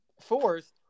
Fourth